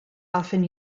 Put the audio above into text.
often